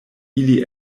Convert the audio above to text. ili